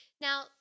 Now